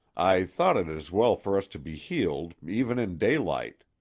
i thought it as well for us to be heeled, even in daylight.